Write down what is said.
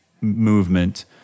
movement